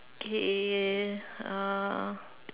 okay uh